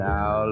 Now